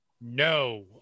no